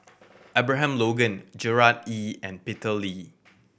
Abraham Logan Gerard Ee and Peter Lee